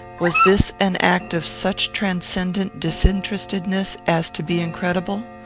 was this an act of such transcendent disinterestedness as to be incredible?